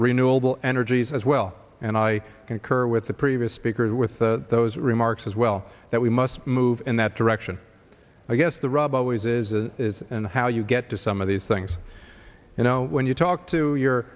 renewable energies as well and i concur with the previous speakers with the those remarks as well that we must move in that direction i guess the rub always is and how you get to some of these things you know when you talk to your